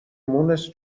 مونس